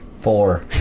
Four